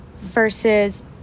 versus